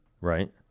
Right